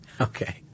okay